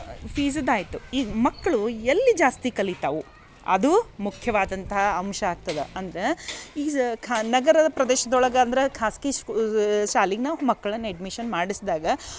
ಫೀಝದಾಯಿತು ಈಗ ಮಕ್ಕಳು ಎಲ್ಲಿ ಜಾಸ್ತಿ ಕಲಿತವೆ ಅದೂ ಮುಖ್ಯವಾದಂತಹ ಅಂಶ ಆಗ್ತದೆ ಅಂದ್ರೆ ಈಸ್ ಖಾ ನಗರದ ಪ್ರದೇಶ್ದೊಳಗೆ ಅಂದ್ರೆ ಖಾಸಗಿ ಸ್ಕೂ ಶಾಲಿಗೆ ನಾವು ಮಕ್ಳನ್ನು ಎಡ್ಮಿಶನ್ ಮಾಡಿಸಿದಾಗ